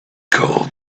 called